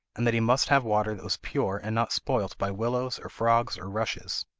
and that he must have water that was pure, and not spoilt by willows, or frogs, or rushes.